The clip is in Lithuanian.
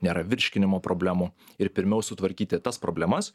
nėra virškinimo problemų ir pirmiau sutvarkyti tas problemas